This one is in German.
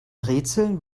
rätsel